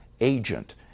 agent